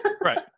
Right